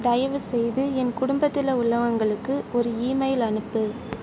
தயவுசெய்து என் குடும்பத்தில் உள்ளவங்களுக்கு ஒரு இமெயில் அனுப்பு